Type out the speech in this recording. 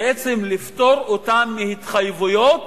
לפטור אותם מהתחייבויות